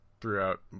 throughout